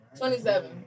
27